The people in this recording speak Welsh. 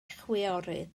chwiorydd